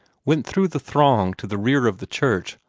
went through the throng to the rear of the church,